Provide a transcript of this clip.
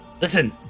Listen